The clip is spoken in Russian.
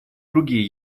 другие